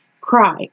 Cry